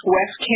West